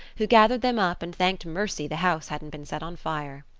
who gathered them up and thanked mercy the house hadn't been set on fire.